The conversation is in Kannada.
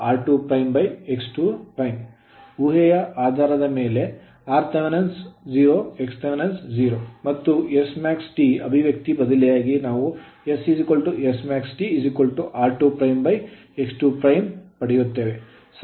ಊಹೆಯ ಆಧಾರದ ಮೇಲೆ rth 0 xth 0 ಮತ್ತು smaxT ಅಭಿವ್ಯಕ್ತಿಗೆ ಬದಲಿಯಾಗಿ ನಾವು s smaxT r2x 2 ಪಡೆಯುತ್ತೇವೆ